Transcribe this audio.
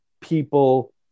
people